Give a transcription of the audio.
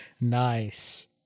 Nice